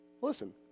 listen